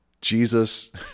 Jesus